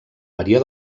maria